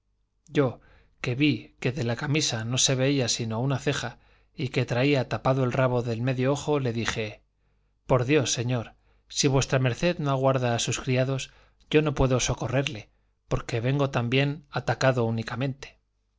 yo que vi que de la camisa no se veía sino una ceja y que traía tapado el rabo de medio ojo le dije por dios señor si v md no aguarda a sus criados yo no puedo socorrerle porque vengo también atacado únicamente